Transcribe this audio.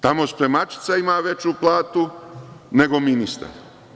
Tamo spremačica ima veću platu nego ministar.